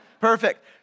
Perfect